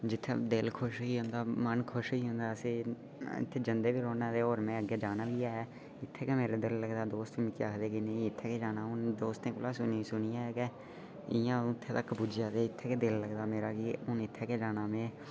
जित्थै दिल खुश होई जंदा ऐ मन बी खुश बी होई जंदा ऐ में ते जाना बी ऐ इत्थै गै मेरा मन लगदा ऐ दोस्त मिगी आखदे इत्थै गै जाना असें दोस्तें कोला सुनी सुनियै